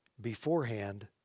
beforehand